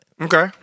Okay